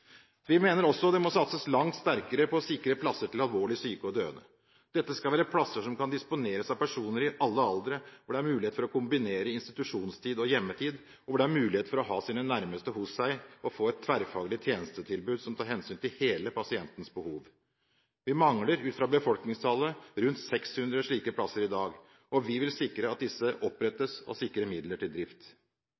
Vi mener også det må satses langt sterkere på å sikre plasser til alvorlig syke og døende. Dette skal være plasser som kan disponeres av personer i alle aldre, hvor det er mulighet for å kombinere institusjonstid og hjemmetid, og hvor det er mulighet for å ha sine nærmeste hos seg og få et tverrfaglig tjenestetilbud som tar hensyn til hele pasientens behov. Vi mangler, ut fra befolkningstallet, rundt 600 slike plasser i dag, og vi vil sikre at disse